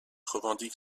revendique